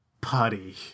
putty